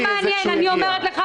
זה לא מעניין, אני אומר את דברי.